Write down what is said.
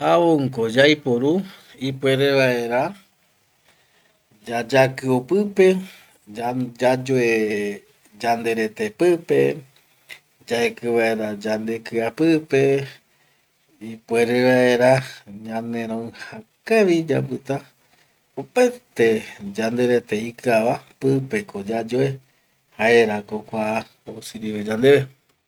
Javonko yaiporu ipuere vaera yayakio pipe yayoe yande rete pipe, yaeki vaera yandekia pipe, ipuere vaera ñaneroija kavi yapita opaete yande rete ikiava pipeko yayoe jaerako kua osirive yandeve